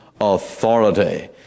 authority